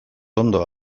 ondo